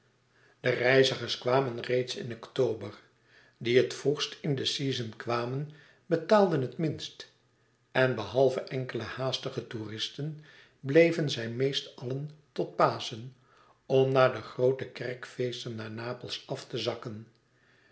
de reizigers kwamen reeds in october die het vroegst in den season kwamen betaalden het minst en behalve enkele haastige toeristen bleven zij meest allen tot paschen om na de groote kerkfeesten naar napels af te zakken